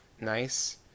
nice